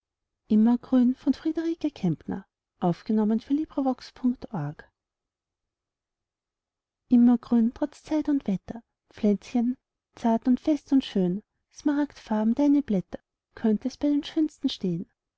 immergrün immergrün trotz zeit und wetter pflänzchen zart und fest und schön smaragdfarben deine blätter könntest bei den schönsten steh'n